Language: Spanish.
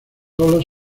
olas